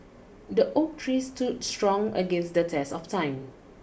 the oak tree stood strong against the test of time